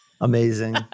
Amazing